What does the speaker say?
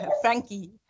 Frankie